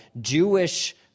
Jewish